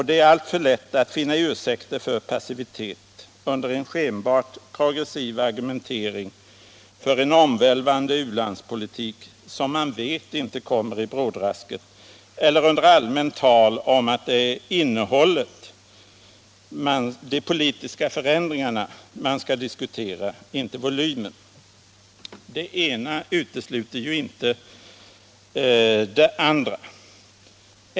Det är alltför lätt att finna ursäkter för passivitet under en skenbart progressiv argumentering för en omvälvande u-landspolitik, som man vet inte kommer i brådrasket, eller under allmänt tal om att det är innehållet, de politiska förändringarna, man skall diskutera, inte volymen. Det ena utesluter ju inte det andra.